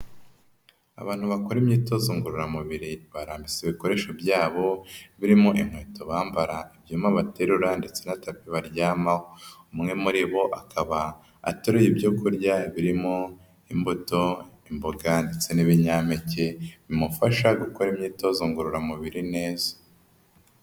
Abantu bakora imyitozo ngororamubiri, barasa ibikoresho byabo birimo inkweto bambara, ibyuma baterura ndetse na tapi baryamaho, umwe muri bo akaba ateruye ibyo kurya birimo imbuto, imboga ndetse n'ibinyampeke bimufasha gukora imyitozo ngororamubiri neza.